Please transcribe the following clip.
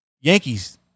Yankees